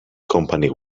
company